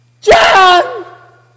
John